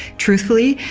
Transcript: truthfully,